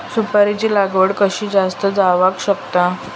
सुपारीची लागवड कशी जास्त जावक शकता?